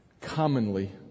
Commonly